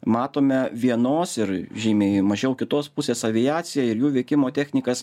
matome vienos ir žymiai mažiau kitos pusės aviaciją ir jų veikimo technikas